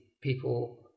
people